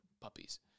puppies